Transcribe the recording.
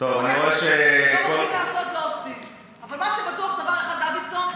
התנהלה בצורה אחרת לגמרי בקדנציה הקודמת.